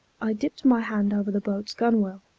i dipped my hand over the boat's gunwale,